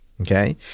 Okay